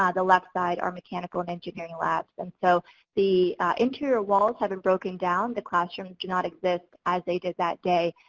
the left side are mechanical engineering labs. and so the interior walls have been broken down, the classrooms do not exist as they did that day.